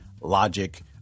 logic